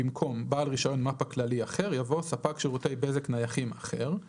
במקום "בעל רישיון מפ"א כללי אחר" יבוא "ספק שירותי בזק נייחים אחר";